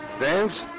dance